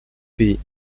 pays